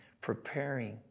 preparing